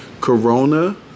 Corona